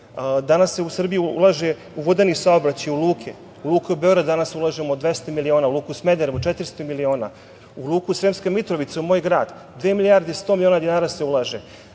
Danas se u Srbiju ulaže u vodeni saobraćaj, u luke. U Luku Beograd danas ulažemo 200 miliona, u luku Smederevo 400 miliona, u luku Sremske Mitrovice, u moj grad, dve milijarde i sto miliona dinara se ulaže.